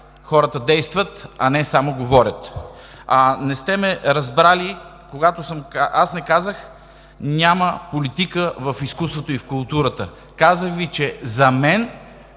хората действат, а не само говорят. Не сте ме разбрали. Аз не казах: няма политика в изкуството и в културата. Казах Ви, че за мен